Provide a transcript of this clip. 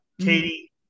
Katie